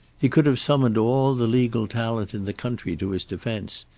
he could have summoned all the legal talent in the country to his defense,